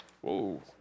Whoa